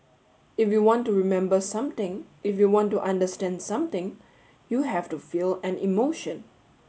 if you want to remember something if you want to understand something you have to feel an emotion